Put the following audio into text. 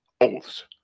oaths